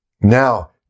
Now